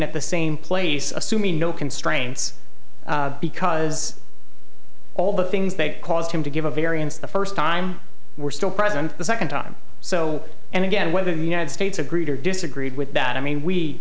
at the same place assuming no constraints because all the things that caused him to give a variance the first time were still present the second time so and again whether the united states agreed or disagreed with that i mean we